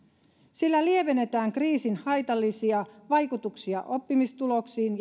sillä lievennetään kriisin haitallisia vaikutuksia oppimistuloksiin